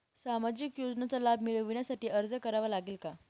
सामाजिक योजनांचा लाभ मिळविण्यासाठी अर्ज करावा लागेल का?